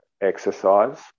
exercise